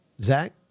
Zach